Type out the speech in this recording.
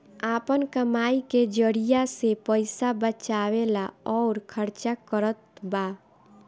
आपन कमाई के जरिआ से पईसा बचावेला अउर खर्चा करतबा